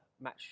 match